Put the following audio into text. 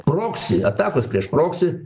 proksi atakos prieš proksi